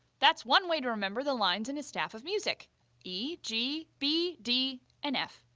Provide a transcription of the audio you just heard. that's one way to remember the lines in a staff of music e, g, b, d and f.